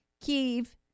Kiev